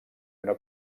una